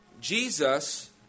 Jesus